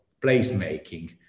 place-making